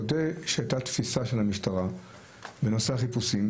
תודה שהייתה תפיסה של המשטרה בנושא החיפושים,